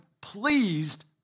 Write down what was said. pleased